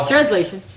Translation